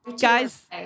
guys